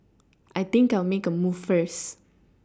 I think I'll make a move first